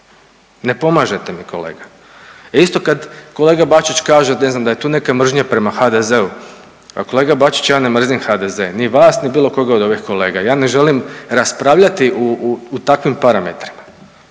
Ne pomažete mi kolega. Isto kad kolega Bačić kaže ne znam da je tu neka mržnja prema HDZ-u. Kolega Bačić ja ne mrzim HDZ, ni vas, ni bilo kojeg od ovih kolega. Ja ne želim raspravljati u takvim parametrima.